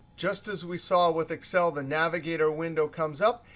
just as we saw with excel, the navigator window comes up,